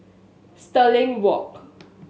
Stirling Walk